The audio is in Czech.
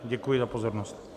Děkuji za pozornost.